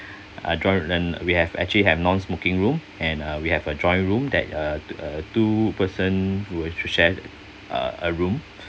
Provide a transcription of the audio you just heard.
adjoining and we have actually have non smoking room and uh we have adjoining room that uh uh two person who has to share uh a room